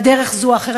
בדרך זו או אחרת,